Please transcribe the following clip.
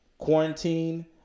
Quarantine